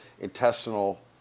intestinal